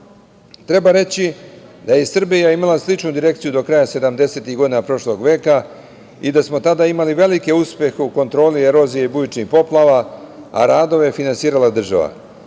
reći da je Srbija imala sličnu direkciju do kraja 70-ih godina prošlog veka i da smo tada imali veliki uspeh u kontroli erozije i bujičnih poplava, a radove je finansirala država.